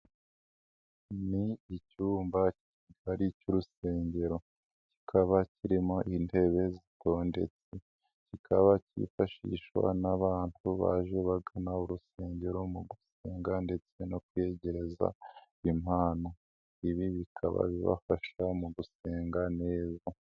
Ni icyumba gihari cy'urusengero, kikaba kirimo intebe ndetse kikaba cyifashishwa n'abantu baje bagana urusengero, mu gusenga ndetse no kwiyegereza Imana. Ibi bikaba bibafasha mu gusenga neza.